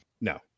No